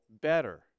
better